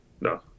no